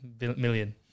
million